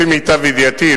לפי מיטב ידיעתי,